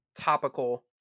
topical